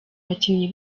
abakinnyi